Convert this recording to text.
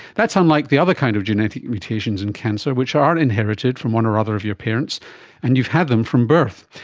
that's unlike the other kind of genetic mutations in cancer which are inherited from one or other of your parents and you've had them from birth.